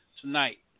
tonight